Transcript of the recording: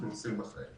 שעבד על בסיס גב כף יד.